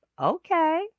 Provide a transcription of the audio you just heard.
okay